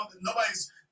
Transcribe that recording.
nobody's